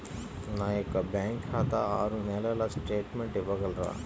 నా యొక్క బ్యాంకు ఖాతా ఆరు నెలల స్టేట్మెంట్ ఇవ్వగలరా?